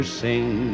sing